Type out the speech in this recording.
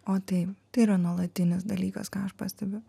o taip tai yra nuolatinis dalykas ką aš pastebiu